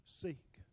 seek